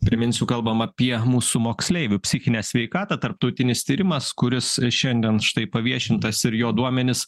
priminsiu kalbam apie mūsų moksleivių psichinę sveikatą tarptautinis tyrimas kuris šiandien štai paviešintas ir jo duomenis